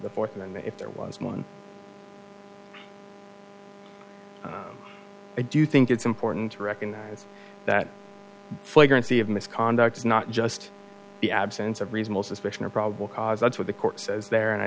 the fourth and the if there was more than i do think it's important to recognize that flagrant c of misconduct is not just the absence of reasonable suspicion or probable cause that's what the court says there and i